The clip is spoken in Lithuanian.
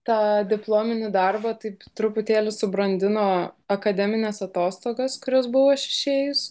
tą diplominį darbą taip truputėlį subrandino akademinės atostogos į kurios buvau aš išėjus